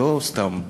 לא סתם.